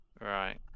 Right